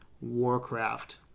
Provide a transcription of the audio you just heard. Warcraft